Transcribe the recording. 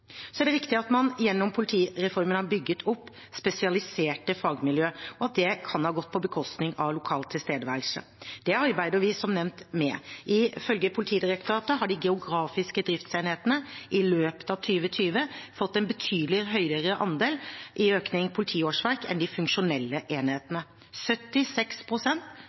er riktig at man gjennom politireformen har bygget opp spesialiserte fagmiljøer, og at det kan ha gått på bekostning av lokal tilstedeværelse. Det arbeider vi som nevnt med. Ifølge Politidirektoratet har de geografiske driftsenhetene i løpet av 2020 fått en betydelig høyere andel av økningen i politiårsverkene enn de funksjonelle enhetene.